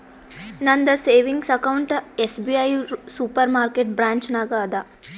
ನಂದ savings account SBI super market branch ನಾಗ್ ಅದಾ